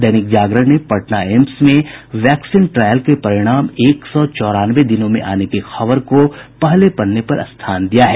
दैनिक जागरण ने पटना एम्स में vaccine trial के परिणाम एक सौ चौरानवे दिनों में आने की खबर को पहले पन्ने पर स्थान दिया है